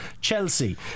Chelsea